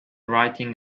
writing